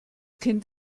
kind